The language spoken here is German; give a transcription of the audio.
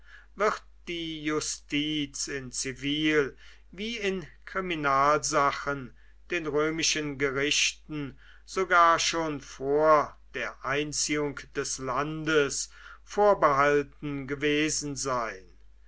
wird die justiz in zivil wie in kriminalsachen den römischen gerichten sogar schon vor der einziehung des landes vorbehalten gewesen sein